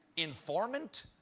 informant?